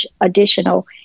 additional